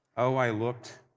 oh, i looked,